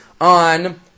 on